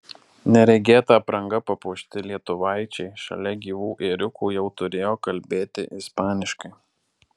neregėta apranga papuošti lietuvaičiai šalia gyvų ėriukų jau turėjo kalbėti ispaniškai